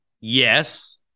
Yes